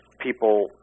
people